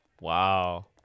Wow